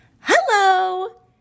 Hello